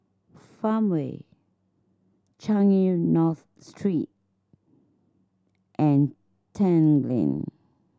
Farmway Changi North Street and Tanglin